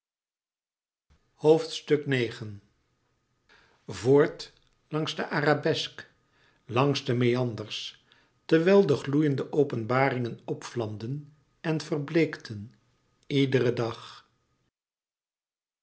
voort langs den arabesk langs de meanders terwijl de gloeiende openbaringen opvlamden en verbleekten iederen dag